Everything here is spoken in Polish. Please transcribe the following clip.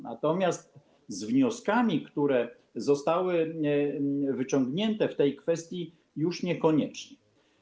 Natomiast z wnioskami, które zostały wyciągnięte w tej kwestii - już niekoniecznie.